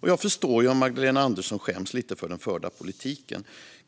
Jag förstår om Magdalena Andersson skäms lite för den förda politiken.